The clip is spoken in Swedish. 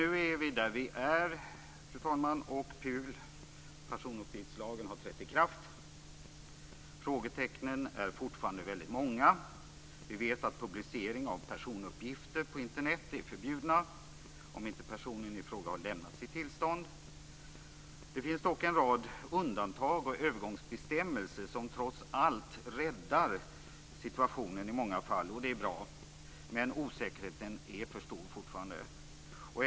Nu är vi där vi är. Personuppgiftslagen har trätt i kraft. Frågetecknen är fortfarande många. Vi vet att publicering av personuppgifter på Internet är förbjudna om inte personen i fråga har lämnat sitt tillstånd. Det finns dock en rad undantag och övergångsbestämmelser som trots allt räddar situationen i många fall. Det är bra. Men osäkerheten är fortfarande för stor.